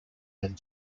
and